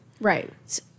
Right